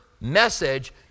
message